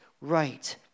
right